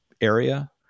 area